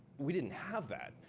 we didn't have that.